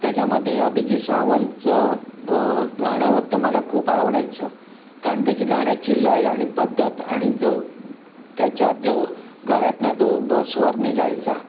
त्याच्यामध्ये अभिजीत सावंतचं ब गाणं तर मला खूप आवडायचं कारण त्याची गाण्याची लय आणि पद्धत आणि जो त्याच्या जो गळ्यातनं जो ब स्वर निघायचा